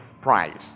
price